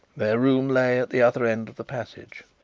their room lay at the other end of the passage.